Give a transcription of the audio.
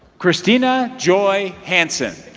christina joy hansen